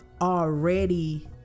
already